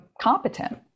competent